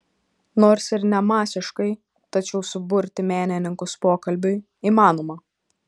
nors ir ne masiškai tačiau suburti menininkus pokalbiui įmanoma